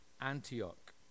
Antioch